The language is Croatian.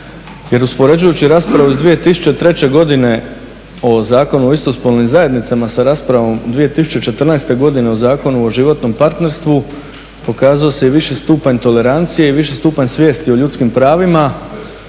jer uspoređujući raspravu iz 2003. godine o Zakonu o istospolnim zajednicama sa raspravom 2014. godine o Zakonu o životnom partnerstvu pokazao se i viši stupanj svijesti o ljudskim pravima.